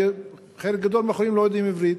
כי חלק גדול מהחולים לא יודעים עברית.